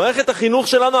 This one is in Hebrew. מערכת החינוך שלנו,